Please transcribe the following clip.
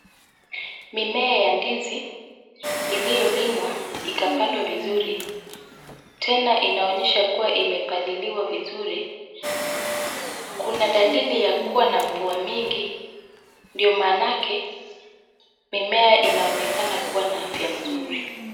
Mimea ya ndizi iliyolimwa ikapandwa vizuri, tena inaonyesha kuwa imepaliliwa vizuri, kuna dalili ya kuwa na mvua mingi, ndio maanake mimea inaonekana kuwa na afya nzuri.